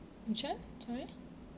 which one sorry